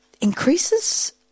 increases